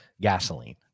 gasoline